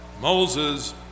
Moses